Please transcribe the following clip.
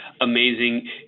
amazing